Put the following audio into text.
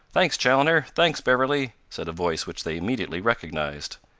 thanks, chaloner! thanks, beverley! said a voice which they immediately recognized.